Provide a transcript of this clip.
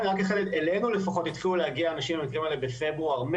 אלינו לפחות התחילו להגיע אנשים במקרים האלה בפברואר-מרץ.